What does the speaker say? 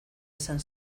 izan